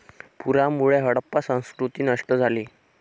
पुरामुळे हडप्पा संस्कृती नष्ट झाली